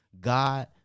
God